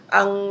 ang